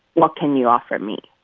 what can you offer me?